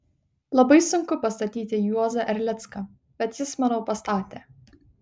labai sunku pastatyti juozą erlicką bet jis manau pastatė